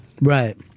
Right